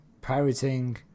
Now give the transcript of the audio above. Pirating